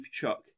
Chuck